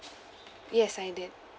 yes I did